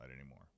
anymore